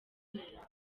gitero